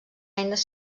eines